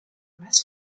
was